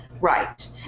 right